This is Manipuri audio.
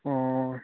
ꯑꯣ